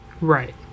Right